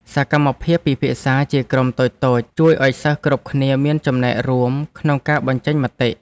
សកម្មភាពពិភាក្សាជាក្រុមតូចៗជួយឱ្យសិស្សគ្រប់គ្នាមានចំណែករួមក្នុងការបញ្ចេញមតិ។